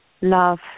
love